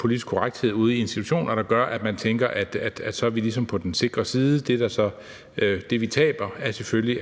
politisk korrekthed ude i institutionerne, der gør, at man tænker, at man så ligesom er på den sikre side, for det, vi mister, er en del